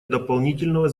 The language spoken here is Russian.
дополнительного